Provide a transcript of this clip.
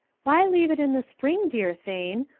why leave it in the spring, dear thane?